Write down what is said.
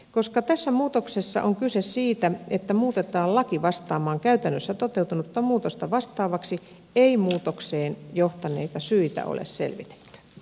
koska tässä muutoksessa on kyse siitä että muutetaan laki vastaamaan käytännössä toteutunutta muutosta ei muutokseen johtaneita syitä ole selvitetty